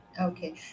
Okay